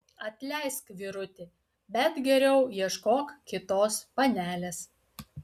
atleisk vyruti bet geriau ieškok kitos panelės